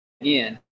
again